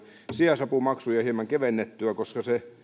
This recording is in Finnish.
sijaisapumaksuja hieman kevennettyä koska se